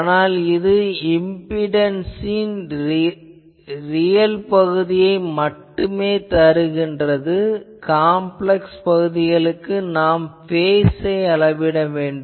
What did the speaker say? ஆனால் இது இம்பிடன்ஸின் ரியல் பகுதியை மட்டுமே தருகிறது காம்ப்ளக்ஸ் பகுதிக்கு நாம் பேஸ் ஐ அளவிட வேண்டும்